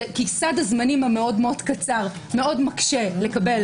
כי סד הזמנים המאוד קצר מאוד מקשה לקבל